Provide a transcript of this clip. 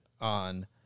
on